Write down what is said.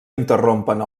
interrompen